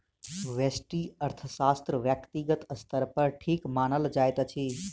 व्यष्टि अर्थशास्त्र व्यक्तिगत स्तर पर ठीक मानल जाइत अछि